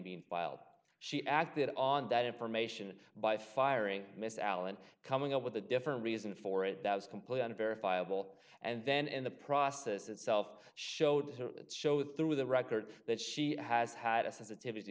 being filed she acted on that information by firing miss allen coming up with a different reason for it that was complete and verifiable and then in the process itself showed that show through the record that she has had a sensitivity